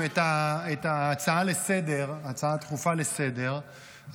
ההצעה הדחופה לסדר-היום,